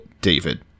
David